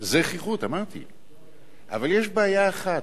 אמרת שאומרים זְחיחות.